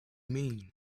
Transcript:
mean